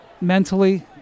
mentally